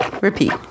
repeat